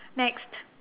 next